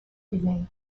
filer